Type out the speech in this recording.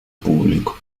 público